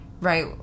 Right